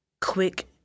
quick